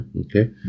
Okay